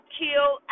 kill